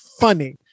funny